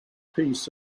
peace